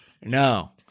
No